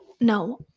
No